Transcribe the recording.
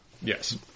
Yes